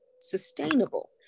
sustainable